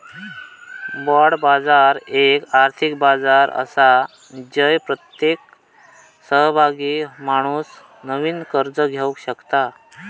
bond बाजार एक आर्थिक बाजार आसा जय प्रत्येक सहभागी माणूस नवीन कर्ज घेवक शकता